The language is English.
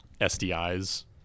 SDI's